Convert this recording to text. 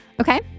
Okay